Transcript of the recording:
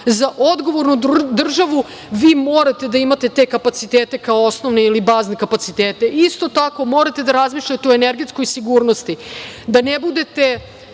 Za odgovornu državu vi morate da imate te kapacitete kao osnovne ili bazne kapacitete. Isto tako, morate da razmišljate o energetskoj sigurnosti, da ne budete